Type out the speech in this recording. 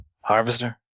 Harvester